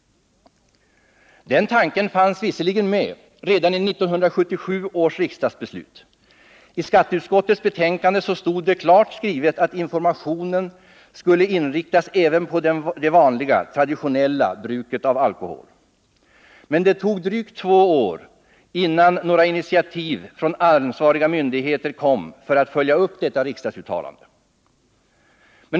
Denna tanke fanns visserligen med redan i 1977 års riksdagsbeslut. I skatteutskottets betänkande stod det klart skrivet att informationen skulle inriktas även på det vanliga, traditionella bruket av alkohol. Men det tog drygt två år innan det kom några initiativ från ansvariga myndigheter till att följa upp detta riksdagsuttalande.